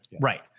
Right